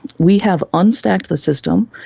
we have unstacked the system,